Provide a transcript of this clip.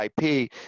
IP